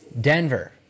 Denver